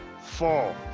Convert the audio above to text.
Four